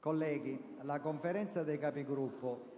colleghi, la Conferenza dei Capigruppo,